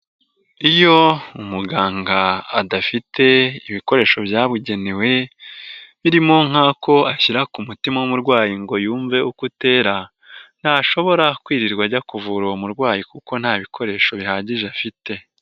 Iyo umuganga adafite ibikoresho byabugenewe birimo nkako ashyira ku mutima w'umurwayi ngo yumve uko atera, ntashobora kwirirwa ajya kuvura uwo murwayi kuko nta bikoresho bihagije afite.